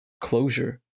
closure